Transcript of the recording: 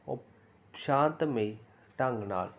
ਓ ਸ਼ਾਂਤਮਈ ਢੰਗ ਨਾਲ